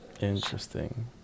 Interesting